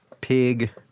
pig